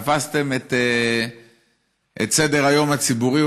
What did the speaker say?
אולי תפסתם את סדר-היום הציבורי